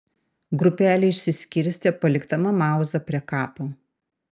grupelė išsiskirstė palikdama mauzą prie kapo